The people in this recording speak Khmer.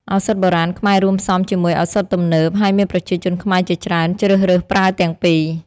ឱសថបុរាណខ្មែររួមផ្សំជាមួយឱសថទំនើប ហើយមានប្រជាជនខ្មែរជាច្រើនជ្រើសរើសប្រើទាំងពីរ។